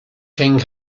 king